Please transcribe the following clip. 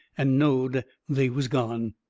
and knowed they was gone.